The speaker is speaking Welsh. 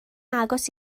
agos